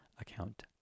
account